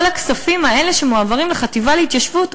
כל הכספים האלה שמועברים לחטיבה להתיישבות,